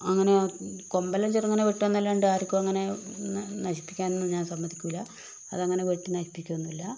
അങ്ങനെ കൊമ്പെല്ലാം ചെറുങ്ങനെ വെട്ടുന്നല്ലാണ്ട് ആർക്കും അങ്ങനെ ന നശിപ്പിക്കാനൊന്നും ഞാൻ സമ്മതിക്കൂല്ല അതങ്ങനെ വെട്ടി നശിപ്പിക്കുവൊന്നുമില്ല